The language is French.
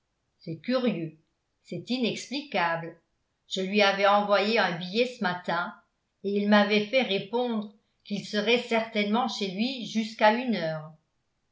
c'est curieux c'est inexplicable je lui avais envoyé un billet ce matin et il m'avait fait répondre qu'il serait certainement chez lui jusqu'à une heure